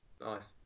Nice